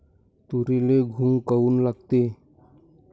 तुरीले घुंग काऊन लागते?